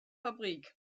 fabrik